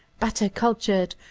better cultured,